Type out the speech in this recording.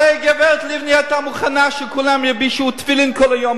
הרי גברת לבני היתה מוכנה שכולם ילבשו תפילין כל היום,